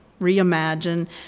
reimagine